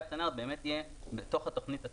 הצנרת יהיה באמת בתוך התוכנית עצמה.